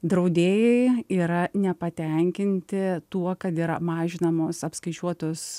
draudėjai yra nepatenkinti tuo kad yra mažinamos apskaičiuotos